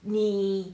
你